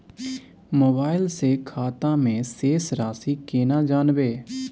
Mobile से खाता में शेस राशि केना जानबे?